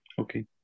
Okay